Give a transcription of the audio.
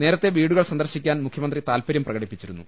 നേരത്തെ വീടുകൾ സന്ദർശിക്കാൻ മുഖ്യമന്ത്രി താത്പര്യം പ്രകടിപ്പിച്ചിരുന്നു